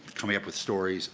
coming up with stories